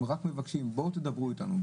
הם רק מבקשים בואו תדברו איתנו,